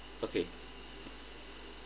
okay